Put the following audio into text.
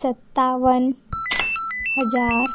सत्तावन हज़ार